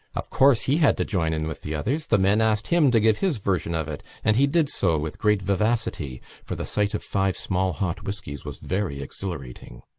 of course he had to join in with the others. the men asked him to give his version of it, and he did so with great vivacity for the sight of five small hot whiskies was very exhilarating.